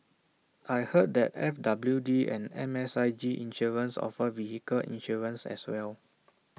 I heard that F W D and M S I G insurance offer vehicle insurance as well